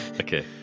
okay